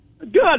Good